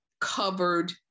covered